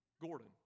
Gordon